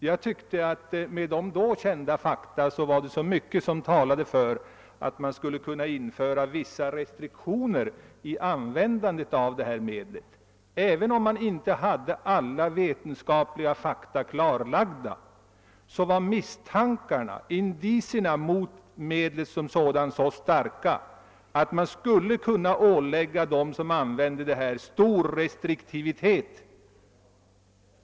Jag ansåg att då kända fakta starkt talade för att vissa restriktioner i användandet av medlet i fråga borde införas. Även om inte alla risker var vetenskapligt klarlagda, var indicierna mot medlet så starka att de som använder det borde åläggas mycket stark restriktivitet.